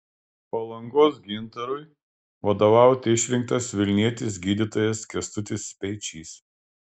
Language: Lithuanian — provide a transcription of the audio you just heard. palangos gintarui vadovauti išrinktas vilnietis gydytojas kęstutis speičys